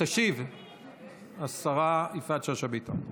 תשיב השרה יפעת שאשא ביטון.